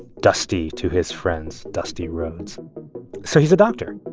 dusty to his friends dusty rhoads so he's a doctor,